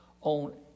on